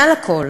מעל הכול,